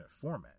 format